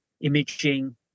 imaging